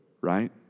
right